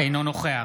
אינו נוכח